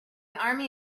army